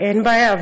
אין בעיה.